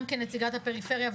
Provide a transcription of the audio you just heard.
גם כנציגת הפריפריה,